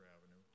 Avenue